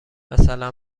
مثلا